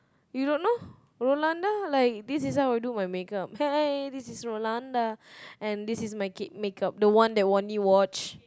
you don't know Rolanda like this is how I do my makeup hey this is Rolanda and this is my cake makeup the one that Wani watch